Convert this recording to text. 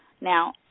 Now